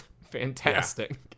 fantastic